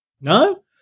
No